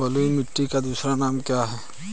बलुई मिट्टी का दूसरा नाम क्या है?